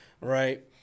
right